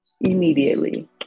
immediately